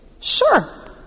Sure